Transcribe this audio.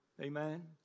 Amen